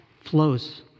flows